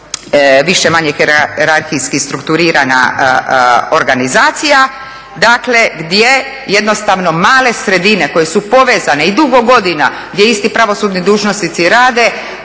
više-manje … strukturirana organizacija, dakle gdje jednostavno male sredine koje su povezane i dugo godina gdje isti pravosudni dužnosnici rade,